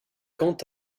quant